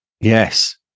Yes